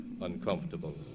uncomfortable